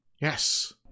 Yes